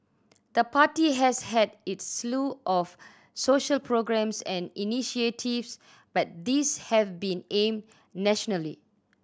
the party has had its slew of social programmes and initiatives but these have been aimed nationally